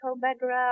background